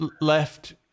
left